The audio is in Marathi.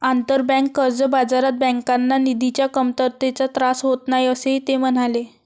आंतरबँक कर्ज बाजारात बँकांना निधीच्या कमतरतेचा त्रास होत नाही, असेही ते म्हणाले